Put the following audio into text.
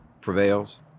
prevails